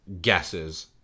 guesses